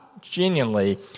genuinely